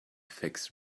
fixed